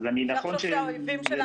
אפשר לחשוב שהאויבים שלנו מחכים.